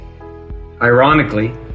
Ironically